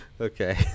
Okay